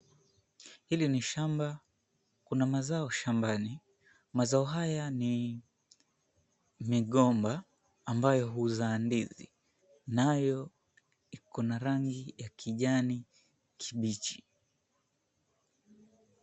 Hili ni shamba. Kuna mazao shambani. Mazao haya ni migomba ambayo huzaa ndizi, nayo ikona rangi ya kijani kibichi.